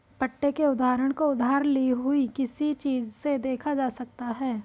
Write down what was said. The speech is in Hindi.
पट्टे के उदाहरण को उधार ली हुई किसी चीज़ से देखा जा सकता है